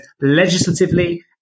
legislatively